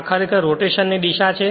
આ ખરેખર રોટેશન ની દિશા છે